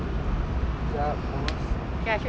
jap almost